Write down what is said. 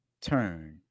turn